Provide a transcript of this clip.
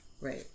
Right